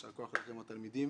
ויישר כוח לכם התלמידים,